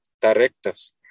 directives